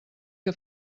que